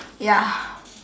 ya